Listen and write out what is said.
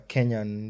Kenyan